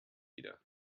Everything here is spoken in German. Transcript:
wieder